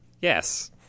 Yes